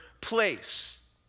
place